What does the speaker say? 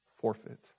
forfeit